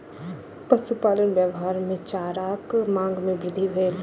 पशुपालन व्यापार मे चाराक मांग मे वृद्धि भेल